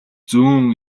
зүүн